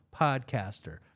podcaster